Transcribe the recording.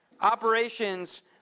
operations